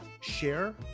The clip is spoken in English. Share